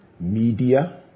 media